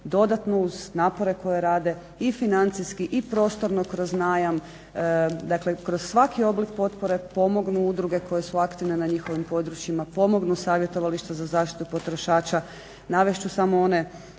dodanu napore koje rade i financijski i prostorno kroz najam dakle kroz svaki oblik potpore pomognu udruge koje su aktivne na njihovim područjima, pomognu Savjetovališta za zaštitu potrošača. Navest ću samo one